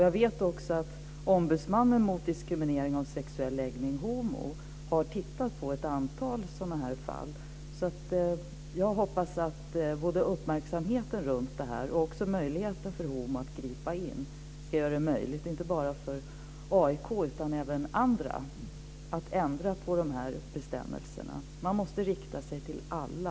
Jag vet också att ombudsmannen mot diskriminering på grund av sexuell läggning, HomO, har tittat på ett antal sådan här fall. Jag hoppas att uppmärksamheten runt detta och möjligheten för HomO att gripa in ska göra det möjligt, inte bara för AIK utan även andra, att ändra på de här bestämmelserna. Man måste rikta sig till alla.